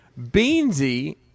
Beansy